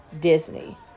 Disney